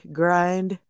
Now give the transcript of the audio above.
grind